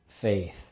faith